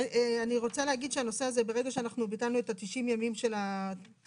הנושא הזה, ברגע שביטלנו את ה-90 ימים של התשלום,